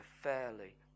fairly